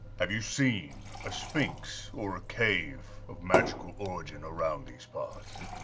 have you seen a sphinx or a cave of magical origin around these parts?